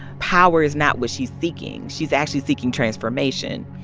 power is not what she's seeking. she's actually seeking transformation.